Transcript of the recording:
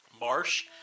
Marsh